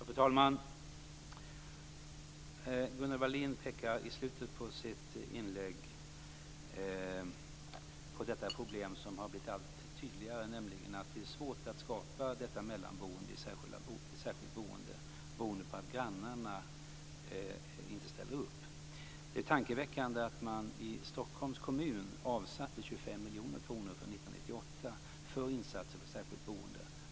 Fru talman! Gunnel Wallin pekar i slutet av sitt inlägg på ett problem som har blivit allt tydligare, nämligen att det är svårt att skapa detta mellanboende i särskilt boende beroende på att grannarna inte ställer upp. Det är tankeväckande att man i Stockholms kommun avsatte 25 miljoner kronor för 1998 för insatser för särskilt boende.